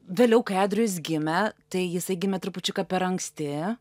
vėliau kai adrijus gimė tai jisai gimė trupučiuką per anksti